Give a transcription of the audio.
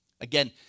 Again